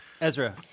Ezra